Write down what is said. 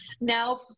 now